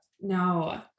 No